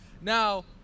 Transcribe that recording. Now